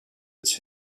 its